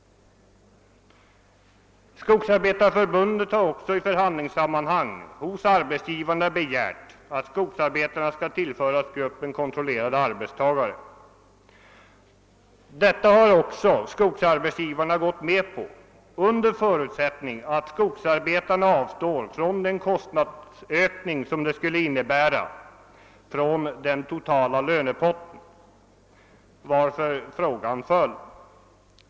Skogsarbetareförbundet har också i förhandlingssammanhang hos arbetsgivarna begärt, att skogsarbetarna skall hänföras till gruppen kontrollerade arbetstagare. Detta har också skogsarbetsgivarna gått med på under förutsättning att skogsarbetarna avstår från den kostnadsökning som det skulle innebära med hänsyn till den totala lönepotten. Därför föll frågan.